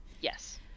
Yes